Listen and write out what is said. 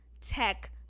tech